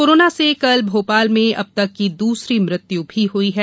corona से कल भोपाल में अब तक की दूसरी मृत्यु भी हुई है